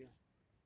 must be me lah